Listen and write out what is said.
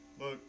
look